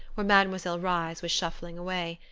where mademoiselle reisz was shuffling away.